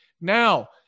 Now